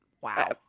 wow